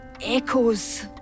echoes